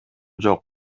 жок